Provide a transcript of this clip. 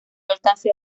alcance